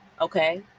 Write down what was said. okay